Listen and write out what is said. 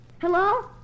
Hello